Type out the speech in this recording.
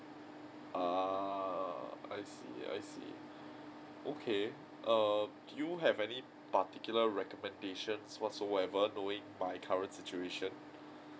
ah I see I see okay err do you have any particular recommendations whatsoever knowing my current situation